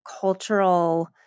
cultural